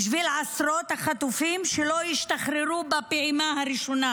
בשביל עשרות החטופים שלא השתחררו בפעימה הראשונה